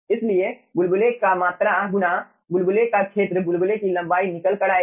इसलिए बुलबुले का मात्रा गुना बुलबुले का क्षेत्र बुलबुले की लंबाई निकल कर आएगी